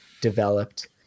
developed